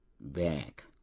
back